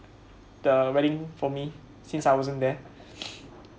the wedding for me since I wasn't there